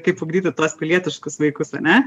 kaip ugdyti tuos pilietiškus vaikus ane